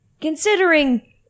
Considering